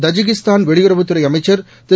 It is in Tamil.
தஜிகிஸ்தான் வெளியுறவுத்துறை அமைச்சர் திரு